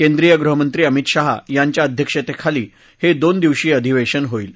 केंद्रीय गृहमंत्री अमित शहा यांच्या अध्यक्षतेखाली हे दोन दिवसीय अधिवेशन होईल